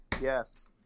Yes